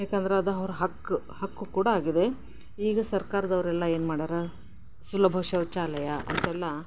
ಏಕಂದ್ರೆ ಅದು ಅವ್ರ ಹಕ್ಕು ಹಕ್ಕು ಕೂಡ ಆಗಿದೆ ಈಗ ಸರ್ಕಾರದವರೆಲ್ಲ ಏನು ಮಾಡಿಯಾರ ಸುಲಭ ಶೌಚಾಲಯ ಅಂತೆಲ್ಲ